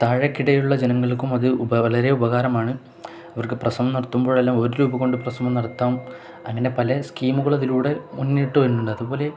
താഴെക്കിടയിലുള്ള ജനങ്ങൾക്കും അതു വളരെ ഉപകാരമാണ് ഇവര്ക്കു പ്രസവം നടത്തുമ്പോഴെല്ലാം ഒരു രൂപ കൊണ്ടു പ്രസവം നടത്താം അങ്ങനെ പല സ്കീമുകൾ അതിലൂടെ മുന്നിട്ടു വരുന്നുണ്ട് അതുപോലെ